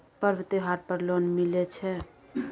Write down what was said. पर्व त्योहार पर लोन मिले छै?